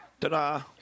Ta-da